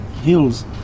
hills